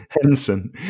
Henson